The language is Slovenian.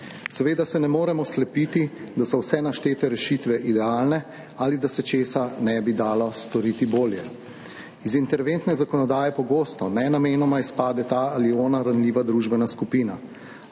Seveda se ne moremo slepiti, da so vse naštete rešitve idealne ali da se česa ne bi dalo storiti bolje. Iz interventne zakonodaje pogosto nenamenoma izpade ta ali ona ranljiva družbena skupina,